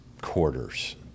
quarters